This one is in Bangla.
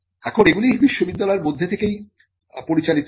এখন এগুলি বিশ্ববিদ্যালয়ের মধ্যে থেকেই পরিচালিত হয়